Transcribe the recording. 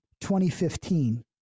2015